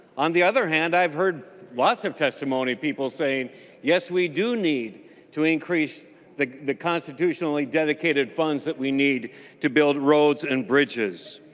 on the other hand i've heard lots of testimony people saying yes we do need to increase the the constitutionally dedicated funds that we need to build roads and bridges.